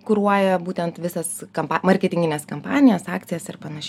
kuruoja būtent visas kampa marketingines kampanijas akcijas ir panašiai